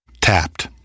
Tapped